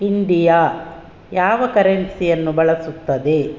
India ಯಾವ ಕರೆನ್ಸಿಯನ್ನು ಬಳಸುತ್ತದೆ